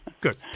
good